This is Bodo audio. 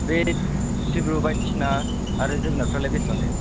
बे सिब्रु बायदिसिना आरो जोगोनारफ्रालाय बेसेबांथो